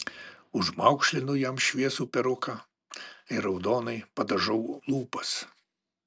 užmaukšlinu jam šviesų peruką ir raudonai padažau lūpas